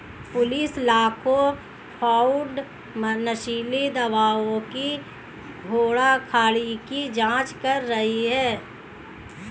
police लाखों pound नशीली दवाओं की धोखाधड़ी की जांच कर रही है